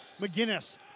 McGinnis